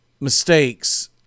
mistakes